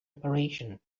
operation